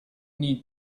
need